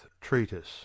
Treatise